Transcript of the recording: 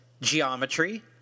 Geometry